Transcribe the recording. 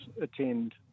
attend